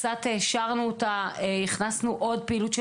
קצת העשרנו אותה והכנסנו עוד פעילות של